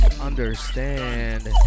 understand